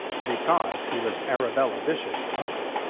because he was arabella bishop's uncle,